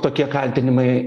tokie kaltinimai